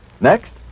Next